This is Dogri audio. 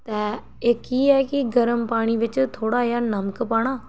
ते इक एह् ऐ कि गरम पानी बिच्च थोह्ड़ा जेहा नमक पाना